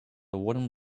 wooden